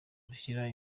rushyira